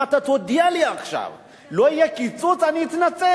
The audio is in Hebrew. אם אתה תודיע לי עכשיו, לא יהיה קיצוץ, אני אתנצל.